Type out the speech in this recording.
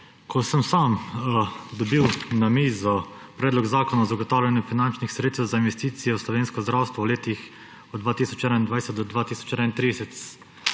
Ko sem sam dobil na mizo Predlog zakona o zagotavljanju finančnih sredstev za investicije v slovensko zdravstvo v letih od 2021 do 2031,